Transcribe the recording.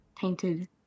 tainted